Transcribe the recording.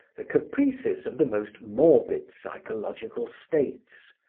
the caprices of the most morbid psychological states,